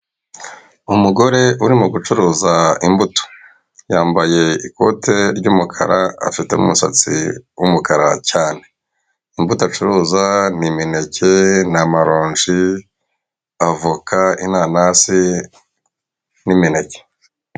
Umugore uririmo gucuruza imbuto, yambaye ikote ry'umukara afite n'umusatsi w'umukara cyane, imbuto acuruza ni imineke ni amaronji, avoka, inanasi n'imineke.